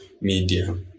media